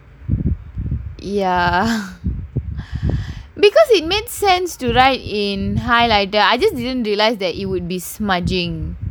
ya because it made sense to write in highlighter I just didn't realise that it would be smudging